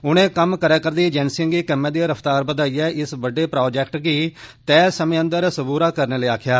उनें कम्म करै करदी एजेंसिएं गी कम्में दी रफ्तार बदाइयै इस बड्डे प्रोजेक्ट गी तय समें अंदर सबूरा करने लेई आक्खेआ